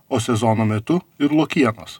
o sezono metu ir lokienos